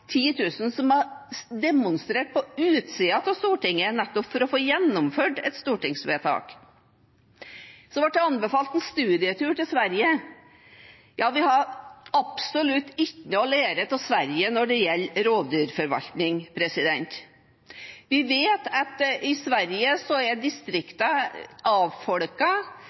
10 000 som har demonstrert på utsiden av Stortinget, nettopp for å få gjennomført et stortingsvedtak. Så ble jeg anbefalt en studietur til Sverige. Vi har absolutt ikke noe å lære av Sverige når det gjelder rovdyrforvaltning. Vi vet at i Sverige er